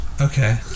Okay